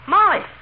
Molly